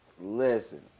Listen